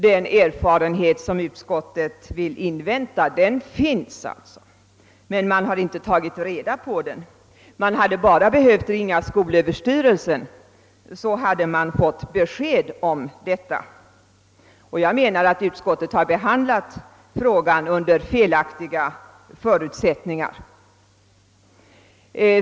Den erfarenhet som utskottet vill invänta finns alltså, men man har inte tagit reda på den. Man hade bara behövt ringa skolöverstyrelsen, så hade man fått besked om detta. Jag menar att utskottet har behandlat frågan under felaktiga förutsättningar.